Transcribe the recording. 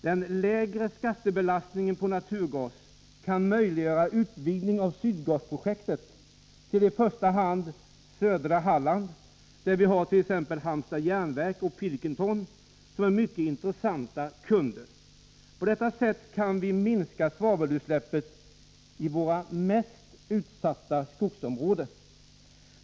Den lägre skattebelastningen på naturgas kan möjliggöra utvidgning av Sydgasprojektet till i första hand södra Halland, där t.ex. Halmstads Järnverk och Pilkington är mycket intressanta kunder. På detta sätt kan vi minska svavelutsläppen i våra mest utsatta skogsområden.